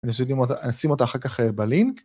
אני ישים אותה אחר כך בלינק.